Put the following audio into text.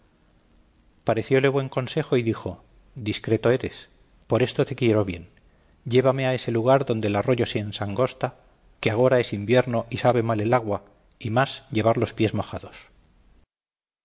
enjuto parecióle buen consejo y dijo discreto eres por esto te quiero bien llévame a ese lugar donde el arroyo se ensangosta que agora es invierno y sabe mal el agua y más llevar los pies mojados